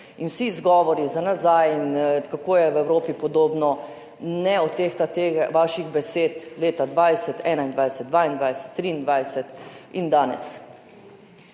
In vsi izgovori za nazaj in kako je v Evropi podobno, ne odtehtajo teh vaših besed leta 2020, 2021, 2022, 2023 in danes.